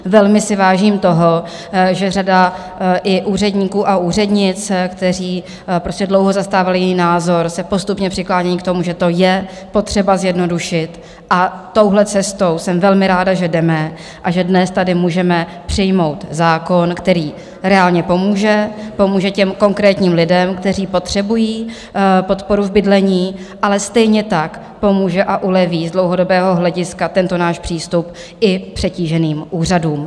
Velmi si vážím toho, že řada i úředníků a úřednic, kteří dlouho zastávali názor, se postupně přiklánějí k tomu, že to je potřeba zjednodušit, a touhle cestou jsem velmi ráda, že jdeme a že dnes tady můžeme přijmout zákon, který reálně pomůže, pomůže těm konkrétním lidem, kteří potřebují podporu v bydlení, ale stejně tak pomůže a uleví z dlouhodobého hlediska tento náš přístup i přetíženým úřadům.